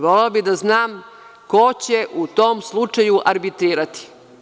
Volela bih da znam ko će u tom slučaju arbitrirati?